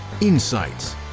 insights